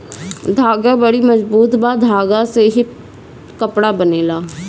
धागा बड़ी मजबूत बा धागा से ही कपड़ा बनेला